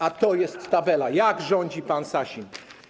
A to jest tabela, jak rządzi pan Sasin.